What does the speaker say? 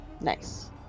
Nice